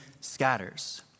scatters